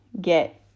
get